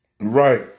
Right